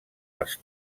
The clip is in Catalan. les